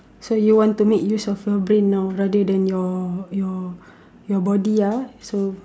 so you want to make use of your brain now rather than your your your body ah so